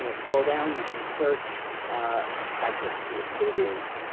you know scroll down you can search by clicking through the pages.